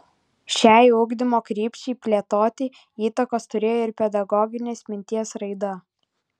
šiai ugdymo krypčiai plėtoti įtakos turėjo ir pedagoginės minties raida